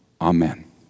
Amen